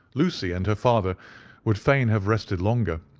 lucy and her father would fain have rested longer,